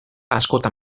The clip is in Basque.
askotan